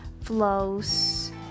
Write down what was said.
flows